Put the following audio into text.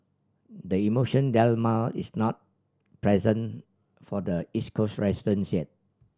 the emotion dilemma is not present for the East Coast resident